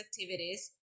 activities